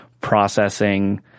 processing